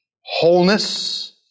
wholeness